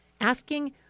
asking